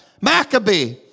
Maccabee